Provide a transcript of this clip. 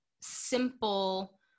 simple